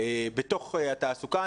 בתוך התעסוקה.